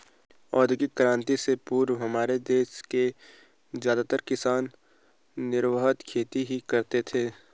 औद्योगिक क्रांति से पूर्व हमारे देश के ज्यादातर किसान निर्वाह खेती ही करते थे